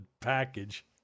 package